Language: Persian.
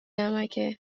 نمکه